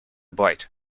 byte